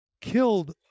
killed